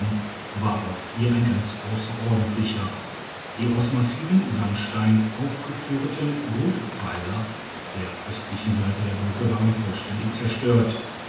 war auch hier ein ganz ausserordentlicher die aus massivem sandstein aufgeführten grundpfeiler von der östlichen seite der brücke waren vollständig zerstört